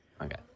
Okay